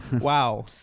Wow